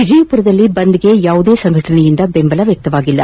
ವಿಜಯಪುರದಲ್ಲಿ ಬಂದ್ಗೆ ಯಾವುದೇ ಸಂಘಟನೆಯಿಂದ ಬೆಂಬಲ ವ್ಯಕ್ತವಾಗಿಲ್ಲ